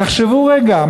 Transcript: תחשבו רגע.